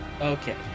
Okay